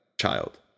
child